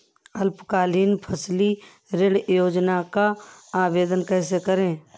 अल्पकालीन फसली ऋण योजना का आवेदन कैसे करें?